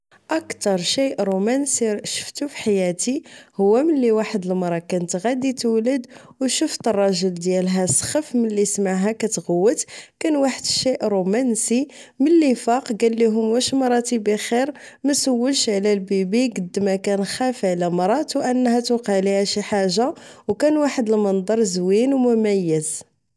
أكتر شيء رومانسي شفتو فحياتي هو ملي واحد المرى كانت غادي تولد أو شفت الرجل ديالها سخف ملي سمعها كتغوت كان واحد الشيء رومانسي ملي فاق ݣليهوم واش مراتي بخير مسولش على البيبي قد ماخاف على مراتو توقع ليها شي حاجة أو كان واحدا المنظر زوين أو مميز